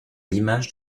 l’image